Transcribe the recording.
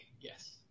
Yes